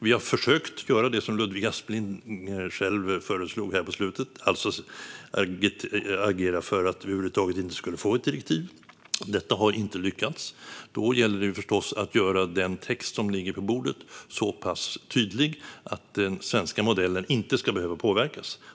Vi har försökt göra det som Ludvig Aspling själv föreslog här på slutet, alltså agera för att vi över huvud taget inte skulle få ett direktiv. Detta har inte lyckats. Då gäller det förstås att göra den text som ligger på bordet så pass tydlig att den svenska modellen inte ska behöva påverkas.